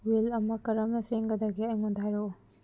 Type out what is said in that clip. will ꯑꯃ ꯀꯔꯝꯅ ꯁꯦꯝꯒꯗꯒꯦ ꯑꯩꯉꯣꯟꯗ ꯍꯥꯏꯔꯛꯎ